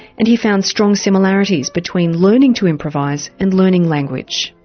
and he found strong similarities between learning to improvise and learning language.